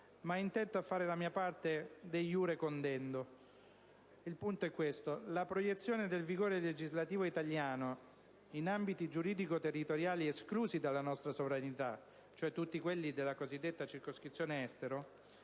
ma intento a fare la mia parte *de iure condendo*. La proiezione del vigore legislativo italiano in ambiti giuridico-territoriali esclusi dalla nostra sovranità (cioè tutti quelli della cosiddetta circoscrizione Estero)